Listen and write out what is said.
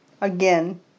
again